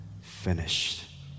finished